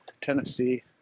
Tennessee